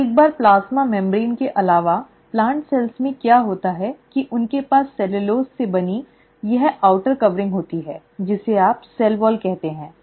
तो एक प्लाज़्मा झिल्ली के अलावा प्लांट सेल्स में क्या होता है की उनके पास सेल्यूलोज से बना यह बाहरी आवरण होता है जिसे आप सेल वॉल कहते हैं